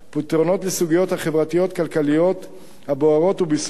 פתרונות לסוגיות החברתיות-כלכליות הבוערות וביסוס